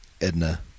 Edna